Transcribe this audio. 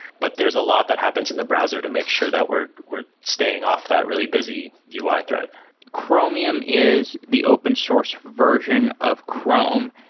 but there's a lot that happens in the browser to make sure that we're we're staying off that really busy ui thread chromium is the open source version of chrome.